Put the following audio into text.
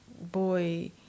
boy